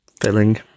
filling